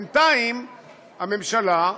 בינתיים, הממשלה,